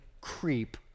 creep